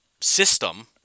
system